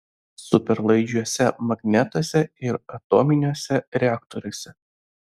superlaidžiuose magnetuose ir atominiuose reaktoriuose